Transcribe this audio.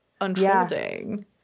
unfolding